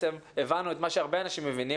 והבנו את מה שהרבה אנשים מבינים,